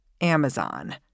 Amazon